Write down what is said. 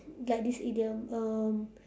like this idiom um